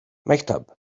maktub